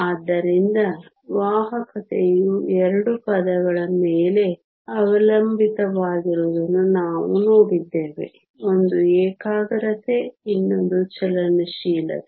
ಆದ್ದರಿಂದ ವಾಹಕತೆಯು ಎರಡು ಪದಗಳ ಮೇಲೆ ಅವಲಂಬಿತವಾಗಿರುವುದನ್ನು ನಾವು ನೋಡಿದ್ದೇವೆ ಒಂದು ಏಕಾಗ್ರತೆ ಇನ್ನೊಂದು ಚಲನಶೀಲತೆ